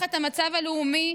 ותחת המצב הלאומי,